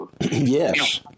Yes